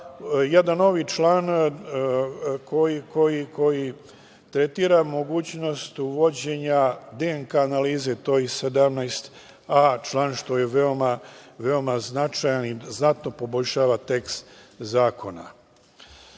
jedan novi član koji tretira mogućnost uvođenja DNK analize, to je član 17a. i veoma je značajan i znatno poboljšava tekst zakona. Možda